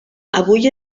avui